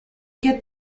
get